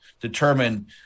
determine